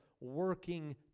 working